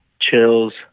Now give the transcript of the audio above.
chills